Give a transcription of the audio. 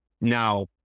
Now